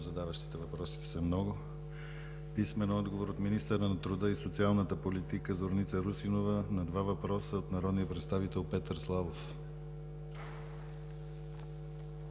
Желев и Венка Стоянова; - писмен отговор от министъра на труда и социалната политика Зорница Русинова на два въпроса от народния представител Петър Славов;